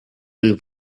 will